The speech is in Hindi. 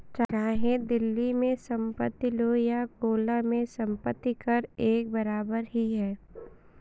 चाहे दिल्ली में संपत्ति लो या गोला में संपत्ति कर एक बराबर ही है